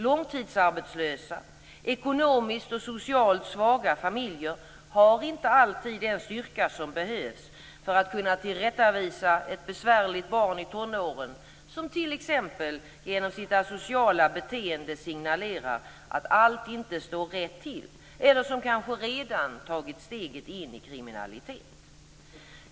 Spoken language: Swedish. Långtidsarbetslösa, ekonomiskt och socialt svaga familjer har inte alltid den styrka som behövs för att kunna tillrättavisa ett besvärligt barn i tonåren som t.ex. genom sitt asociala beteende signalerar att allt inte står rätt till eller som kanske redan har tagit steget in i kriminalitet.